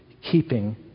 keeping